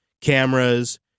cameras